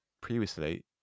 previously